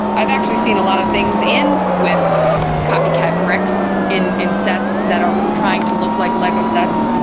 i've actually seen a lot of things in with copycat bricks, in in sets that are trying to look like lego sets.